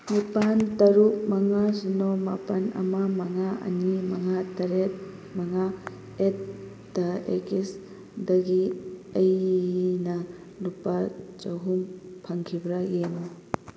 ꯅꯤꯄꯥꯜ ꯇꯔꯨꯛ ꯃꯉꯥ ꯁꯤꯅꯣ ꯃꯥꯄꯜ ꯑꯃ ꯃꯉꯥ ꯑꯅꯤ ꯃꯉꯥ ꯇꯔꯦꯠ ꯃꯉꯥ ꯑꯦꯠ ꯗ ꯑꯦꯒꯁꯤꯁꯇꯒꯤ ꯑꯩꯅ ꯂꯨꯄꯥ ꯆꯍꯨꯝ ꯐꯪꯈꯤꯕ꯭ꯔꯥ ꯌꯦꯡꯉꯨ